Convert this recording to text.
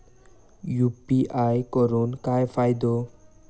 UPI करून काय फायदो?